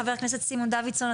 חבר הכנסת סימון דוידסון,